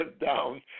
down